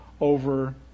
over